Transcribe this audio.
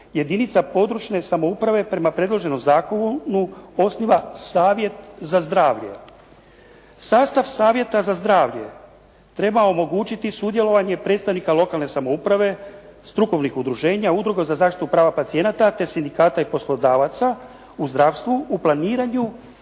jedinica područne samouprave prema predloženom zakonu osniva Savjet za zdravlje. Sastav Savjeta za zdravlje treba omogućiti sudjelovanje predstavnika lokalne samouprave strukovnih udruženja, udruga za zaštitu prava pacijenata te sindikata i poslodavaca u zdravstvu u planiranju